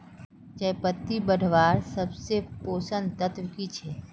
चयपत्ति बढ़वार सबसे पोषक तत्व की छे?